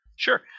Sure